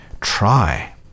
try